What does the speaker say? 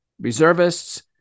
reservists